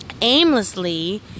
aimlessly